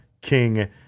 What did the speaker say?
king